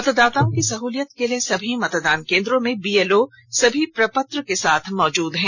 मतदाताओं की सहलियत के लिए सभी मतदान केंद्रों में बीएलओ सभी प्रपत्र के साथ मौजूद हैं